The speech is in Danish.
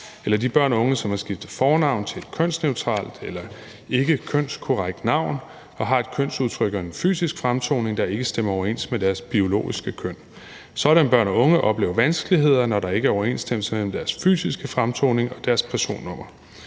eller de børn og unge, som har skiftet fornavn til et kønsneutralt eller ikke kønskorrekt navn og har et kønsudtryk og en fysisk fremtoning, der ikke stemmer overens med deres biologiske køn. Sådanne børn og unge oplever vanskeligheder, når der ikke er overensstemmelse mellem deres fysiske fremtoning og deres personnummer.